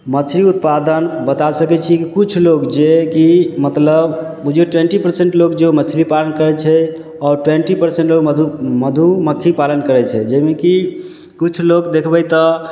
मछली उत्पादन बता सकै छिए कि किछु लोक जेकि मतलब बुझिऔ ट्वेन्टी परसेन्ट लोक जो मछली पालन करै छै आओर ट्वेन्टी परसेन्ट लोक मधु मधुमक्खी पालन करै छै जाहिमेकि किछु लोक देखबै तऽ